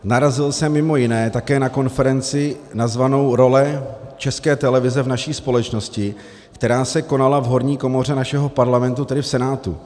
Narazil jsem mimo jiné také na konferenci nazvanou Role České televize v naší společnosti, která se konala v horní komoře našeho Parlamentu, tedy v Senátu.